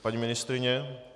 Paní ministryně.